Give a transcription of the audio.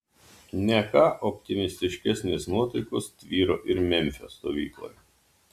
ne ką optimistiškesnės nuotaikos tvyro ir memfio stovykloje